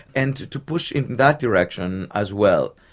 and to push in that direction as well.